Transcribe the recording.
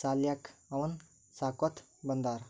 ಸಾಲ್ಯಾಕ್ ಅವನ್ನ್ ಸಾಕೋತ್ ಬಂದಾರ್